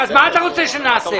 מה אתה רוצה שנעשה?